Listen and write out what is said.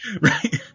Right